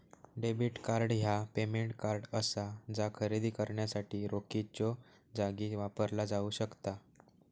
debit card ह्या payment card असा जा खरेदी करण्यासाठी रोखीच्यो जागी वापरला जाऊ शकता